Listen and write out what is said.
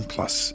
Plus